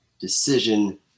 Decision